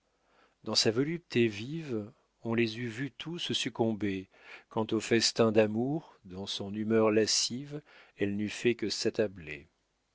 dans sa volupté vive on les eût vus tous succomber quand au festin d'amour dans son humeur lascive elle n'eût fait que s'attabler